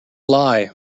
lie